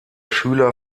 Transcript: schüler